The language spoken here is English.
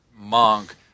monk